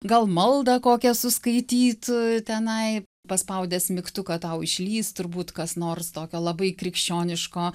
gal maldą kokią suskaitytų tenai paspaudęs mygtuką tau išlįs turbūt kas nors tokio labai krikščioniško